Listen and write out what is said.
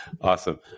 awesome